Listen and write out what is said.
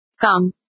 Come